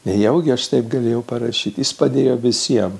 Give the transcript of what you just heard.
nejaugi aš taip galėjau parašyti jis padėjo visiems